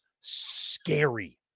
scary